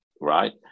right